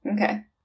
Okay